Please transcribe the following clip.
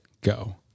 go